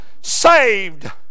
saved